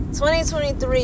2023